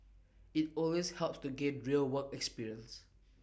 IT always helps to gain real work experience